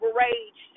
rage